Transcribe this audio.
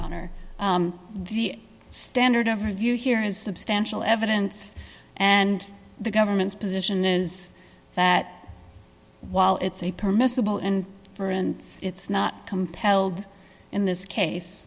honor the standard of review here is substantial evidence and the government's position is that while it's a permissible in for and it's not compelled in this